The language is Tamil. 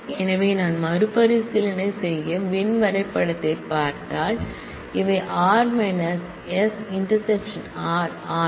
எனவே நான் மறுபரிசீலனை செய்ய வென் வரைபடத்தைப் பார்த்தால் இவை r s ꞓ r ஆனால்